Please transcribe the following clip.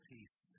Peace